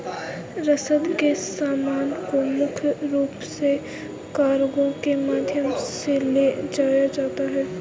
रसद के सामान को मुख्य रूप से कार्गो के माध्यम से ले जाया जाता था